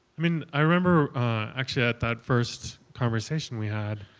i mean, i remember actually at that first conversation we had,